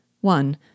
One